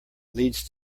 leads